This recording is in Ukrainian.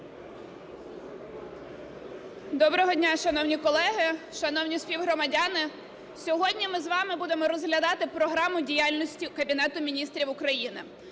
Доброго дня, шановні колеги, шановні співгромадяни! Сьогодні ми з вами будемо розглядати Програму діяльності Кабінету Міністрів України,